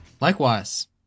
likewise